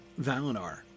Valinor